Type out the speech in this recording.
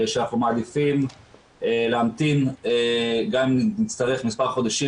שאנחנו מעדיפים להמתין אם נצטרך גם מספר חודשים